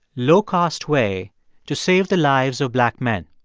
low-cost way to save the lives of black men.